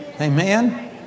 Amen